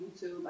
YouTube